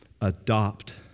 adopt